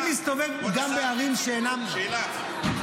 אני מסתובב גם בערים שאינן --- שאלה.